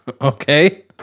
Okay